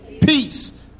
Peace